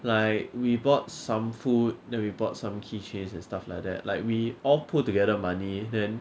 like we bought some food then we bought some key chains and stuff like that like we all pull together money then